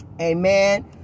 Amen